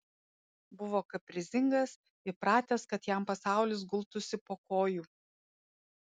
buvo kaprizingas įpratęs kad jam pasaulis gultųsi po kojų